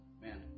man